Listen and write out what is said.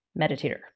meditator